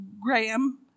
Graham